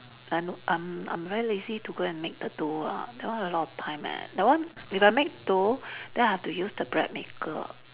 uh no um I'm very lazy to go make and make the dough ah that one a lot of time eh that one if I make dough then I have to use the bread maker